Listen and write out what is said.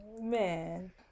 Man